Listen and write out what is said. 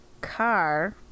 car